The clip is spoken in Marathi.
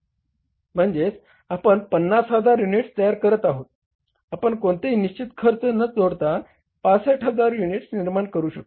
म्हणजे आपण 50000 युनिट्स तयार करत आहोत आपण कोणतेही निश्चित खर्च न जोडता 65000 युनिट्स निर्माण करू शकतो